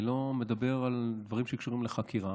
אני לא מדבר על דברים שקשורים לחקירה.